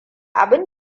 abin